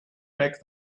back